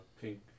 pink